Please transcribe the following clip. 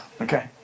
Okay